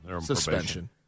suspension